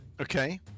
okay